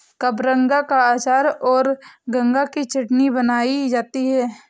कबरंगा का अचार और गंगा की चटनी बनाई जाती है